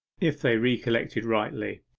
if they recollected rightly.